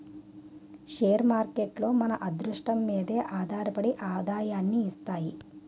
share మార్కేట్లు మన అదృష్టం మీదే ఆధారపడి ఆదాయాన్ని ఇస్తాయి